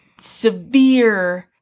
Severe